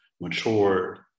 matured